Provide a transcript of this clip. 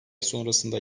sonrasında